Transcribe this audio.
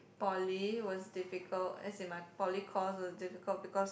poly was difficult as in my poly course was difficult because